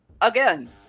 Again